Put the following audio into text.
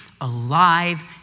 alive